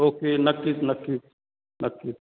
okay नक्कीच नक्कीच नक्कीच